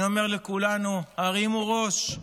אני אומר לכולנו: הרימו ראש.